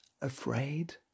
afraid